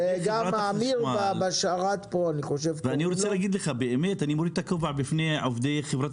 ואני רוצה להגיד לך שבאמת אני מוריד את הכובע בפני עובדי חברת